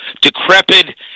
decrepit